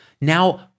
now